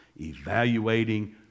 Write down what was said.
evaluating